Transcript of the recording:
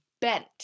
bent